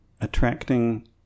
attracting